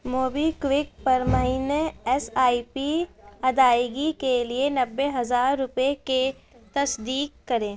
Mobi quick پر مہینے S I P ادائیگی کے لیے نبے ہزار روپے کے تصدیق کریں